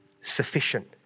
sufficient